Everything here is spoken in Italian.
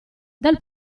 dal